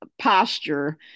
posture